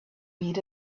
beat